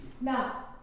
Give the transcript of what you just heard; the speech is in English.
Now